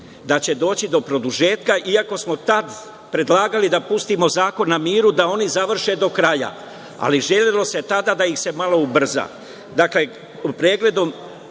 da će doći do produžetka, iako smo tada predlagali da pustimo zakon na miru, da oni završe do kraja, ali želelo se tada da ih se malo ubrza. Dakle,